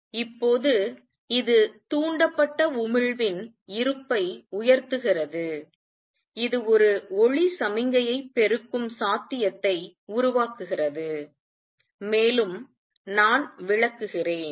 இப்போது இது தூண்டப்பட்ட உமிழ்வின் இருப்பை உயர்த்துகிறது இது ஒரு ஒளி சமிக்ஞையை பெருக்கும் சாத்தியத்தை உருவாக்குகிறது மேலும் நான் விளக்குகிறேன்